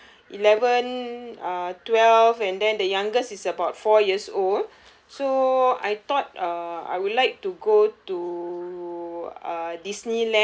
uh eleven uh twelve and then the youngest is about four years old so I thought uh I would like to go to uh